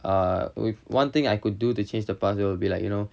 uh one thing I could do to change the past will be like you know